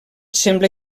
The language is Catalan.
sembla